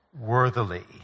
worthily